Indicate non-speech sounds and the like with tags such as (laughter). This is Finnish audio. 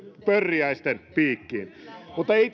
pörriäisten piikkiin mutta ei (unintelligible)